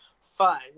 fun